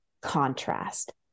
contrast